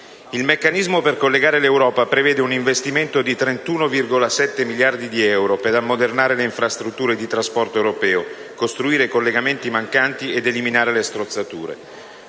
Il meccanismo per collegare l'Europa prevede un investimento di 31,7 miliardi di euro per ammodernare le infrastrutture di trasporto europee, costruire i collegamenti mancanti ed eliminare le strozzature.